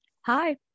Hi